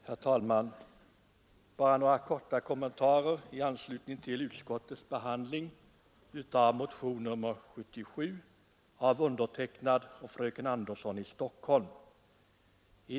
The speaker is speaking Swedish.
Herr talman! Bara några korta kommentarer i anslutning till utskottets behandling av motionen 77 av fröken Andersson i Stockholm och mig.